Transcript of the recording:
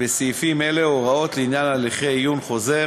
בסעיפים אלה הוראות לעניין הליכי עיון חוזר